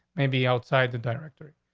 maybe outside the director,